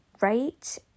right